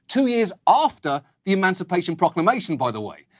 two years after the emancipation proclamation by the way.